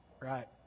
Right